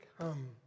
come